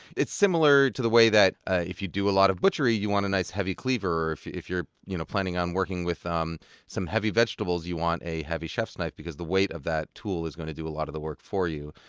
it's similar to the way that, if you do a lot of butchery, you want a nice, heavy cleaver, or if you're you know planning on working with um some heavy vegetables, you want a heavy chef's knife, because the weight of that tool is going to do a lot of the work for you.